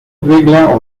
regla